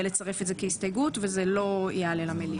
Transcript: זה כהסתייגות וזה לא יעלה למליאה.